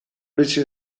bizi